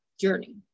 journey